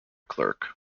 clerk